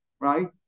right